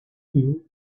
you